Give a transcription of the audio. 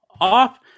off